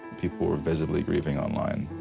people were visibily grieving online.